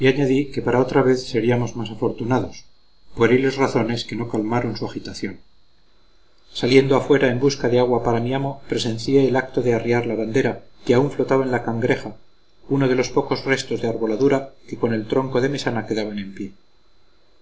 que para otra vez seríamos más afortunados pueriles razones que no calmaron su agitación saliendo afuera en busca de agua para mi amo presencié el acto de arriar la bandera que aún flotaba en la cangreja uno de los pocos restos de arboladura que con el tronco de mesana quedaban en pie